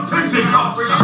Pentecost